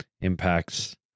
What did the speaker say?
impacts